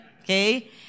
okay